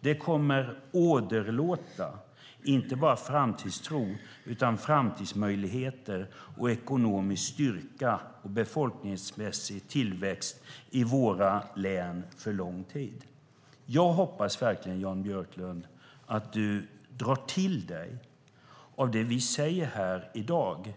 Det kommer att åderlåta inte bara framtidstron utan framtidsmöjligheter och ekonomisk styrka liksom befolkningsmässig tillväxt i våra län för lång tid. Jag hoppas verkligen, Jan Björklund, att du tar till dig av det vi säger i dag.